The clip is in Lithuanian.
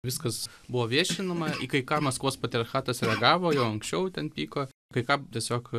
viskas buvo viešinama į kai ką maskvos patriarchatas reagavo jau anksčiau ten vyko kai ką tiesiog